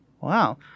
Wow